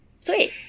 Sweet